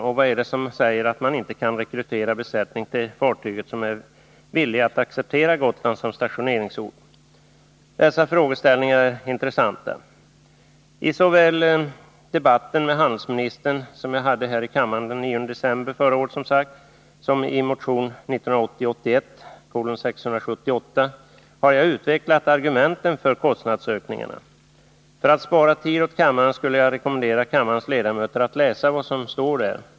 Och vad är det som säger att man inte kan rekrytera besättning till fartyget som är villig att acceptera Gotland som stationeringsort? Dessa frågeställningar är intressanta. Såväli den debatt som jag hade med handelsministern här i kammaren den 9 december förra året som i vår motion 1980/81:678 har jag utvecklat argumenten för kostnadsökningarna. För att spara tid åt kammaren skulle jag vilja rekommendera kammarens ledamöter att ta fram trycket och läsa vad som står där.